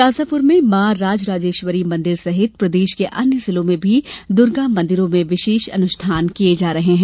शाजापुर में मॉ राजराजेश्वरी मंदिर सहित प्रदेश के अन्य जिलों में भी दूर्गा मंदिरों में विशेष अनुष्ठान किये जा रहे हैं